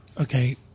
Okay